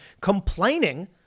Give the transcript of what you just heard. complaining